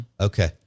Okay